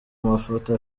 mafoto